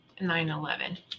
9-11